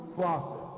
process